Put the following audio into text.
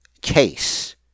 case